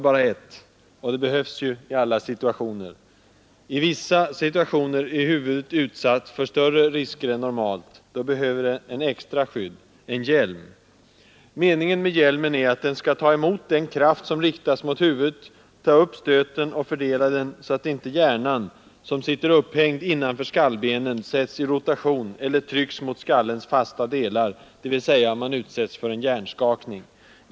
behövs ju i alla situationer. I vissa situationer är huvudet utsatt för större risker än normalt. Då behöver det extra skydd — en hjälm. Meningen med hjälmen är att den ska ta emot den kraft som riktas mot huvudet ta upp stöten och fördela den så att inte hjärnan, som sitter upphängd innanför skallbenen, sätts i rotation eller trycks mot skallens fasta delar, dvs. man utsätts för en hjärnskakning.